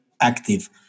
active